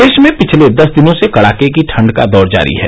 प्रदेश में पिछले दस दिनों से कड़ाके की ठंड का दौर जारी है